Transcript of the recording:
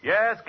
Yes